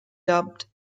dubbed